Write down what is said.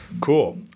cool